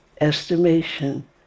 estimation